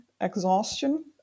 exhaustion